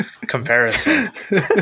comparison